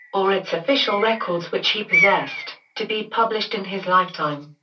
or its official records which he possessed, to be published in his lifetime.